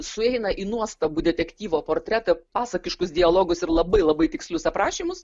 sueina į nuostabų detektyvo portretą pasakiškus dialogus ir labai labai tikslius aprašymus